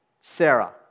Sarah